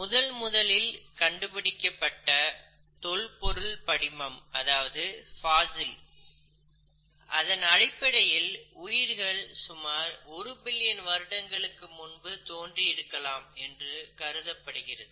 முதல் முதல் கண்டுபிடிக்கப்பட்ட தொல்பொருள் படிமங்களின் அடிப்படையில் உயிர்கள் சுமார் ஒரு பில்லியன் வருடங்களுக்கு முன்பு தோன்றி இருக்கலாம் என்று கருதப்படுகிறது